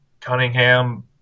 Cunningham